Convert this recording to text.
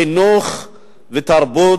חינוך ותרבות,